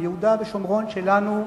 ביהודה ושומרון שלנו,